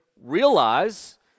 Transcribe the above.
realize